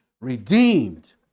redeemed